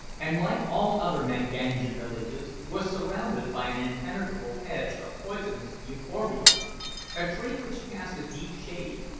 and, like all other manganja villages, was surrounded by an impenetrable hedge of poisonous euphorbia a tree which casts a deep shade,